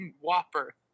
whopper